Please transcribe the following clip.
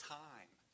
time